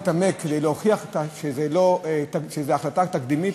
אני לא יכולתי להתעמק כדי להוכיח שזו החלטה תקדימית,